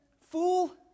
Fool